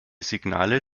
signale